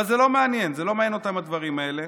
זה לא מעניין, זה לא מעניין אותם הדברים הללו.